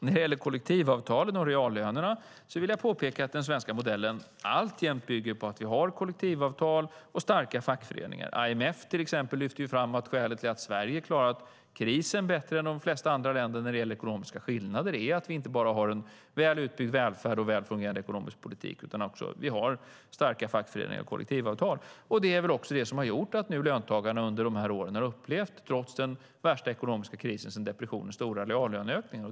När det gäller kollektivavtalen och reallönerna vill jag påpeka att den svenska modellen alltjämt bygger på att vi har kollektivavtal och starka fackföreningar. IMF, till exempel, har lyft fram att skälet till att Sverige har klarat krisen bättre än de flesta andra länder när det gäller ekonomiska skillnader är att vi inte bara har en väl utbyggd välfärd och en väl fungerande politik utan också starka fackföreningar och kollektivavtal. Det är väl också det som har gjort att löntagarna under dessa år har upplevt stora reallöneökningar trots den värsta ekonomiska krisen sedan depressionen.